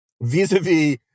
vis-a-vis